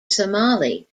somali